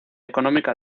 económica